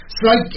Strike